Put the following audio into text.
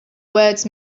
words